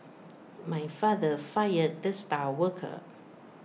my father fired the star worker